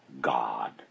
God